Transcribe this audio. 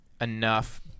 enough